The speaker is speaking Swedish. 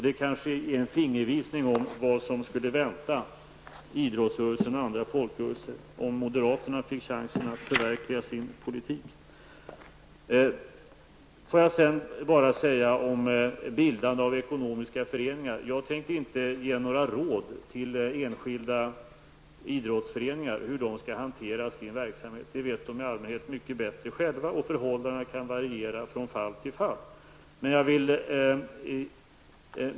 Det kanske ger en fingervisning om vad som skulle vänta idrottsrörelsen och andra folkrörelser om moderaterna fick chansen att förverkliga sin politik. När det gäller bildande av ekonomiska föreningar tänker jag inte ge några råd till enskilda idrottsföreningar om hur de skall hantera sin verksamhet. Det vet de i allmänhet mycket bättre själva. Förhållandena kan variera från fall till fall.